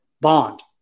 bond